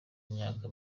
imyaka